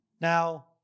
Now